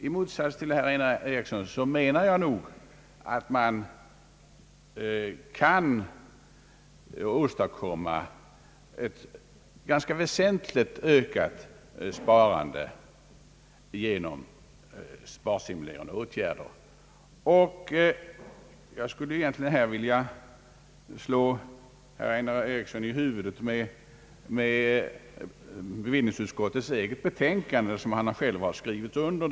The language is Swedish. I motsats till herr Einar Eriksson menar jag emellertid, att man kan åstadkomma ett ganska väsentligt ökat sparande genom sparstimulerande åtgärder. Jag skulle vilja slå herr Einar Eriksson i huvudet med bevillningsutskottets eget betänkande, som han själv skrivit under.